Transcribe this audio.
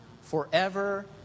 forever